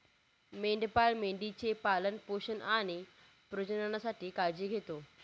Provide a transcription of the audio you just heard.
मेंढपाळ मेंढी चे पालन पोषण आणि प्रजननासाठी काळजी घेतो